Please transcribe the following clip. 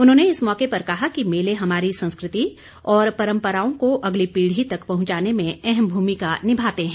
उन्होंने इस मौके पर कहा कि मेले हमारी संस्कृति और परंपराओं को अगली पीढ़ी तक पहुंचाने में अहम भूमिका निभाते हैं